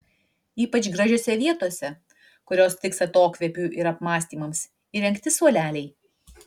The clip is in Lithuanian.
ypač gražiose vietose kurios tiks atokvėpiui ir apmąstymams įrengti suoleliai